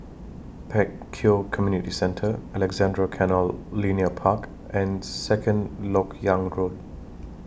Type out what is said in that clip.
Pek Kio Community Centre Alexandra Canal Linear Park and Second Lok Yang Road